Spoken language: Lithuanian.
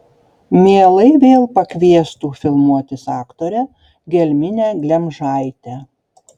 mielai vėl pakviestų filmuotis aktorę gelminę glemžaitę